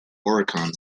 oricon